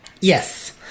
Yes